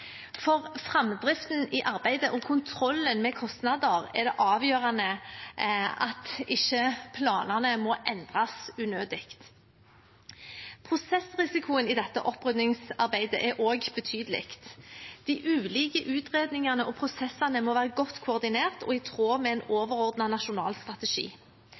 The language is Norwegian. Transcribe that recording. For framdriften i arbeidet og kontrollen med kostnader er det avgjørende at ikke planene må endres unødig. Prosessrisikoen i dette oppryddingsarbeidet er også betydelig. De ulike utredningene og prosessene må være godt koordinert og i tråd med en overordnet nasjonal strategi.